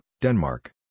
Denmark